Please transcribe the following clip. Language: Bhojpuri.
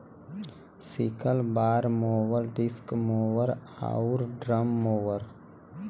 sickle bar mower, disc mower आउर ड्रम मोवर